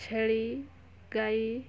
ଛେଳି ଗାଈ